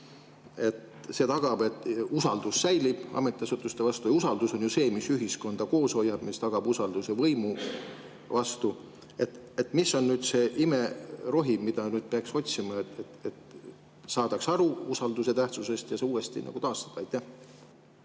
See tagab, et säilib usaldus ametiasutuste vastu. Usaldus on see, mis ühiskonda koos hoiab ja mis tagab usalduse võimu vastu. Mis on nüüd see imerohi, mida peaks otsima, et saadaks aru usalduse tähtsusest ja et see uuesti taastada?